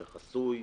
זה חסוי,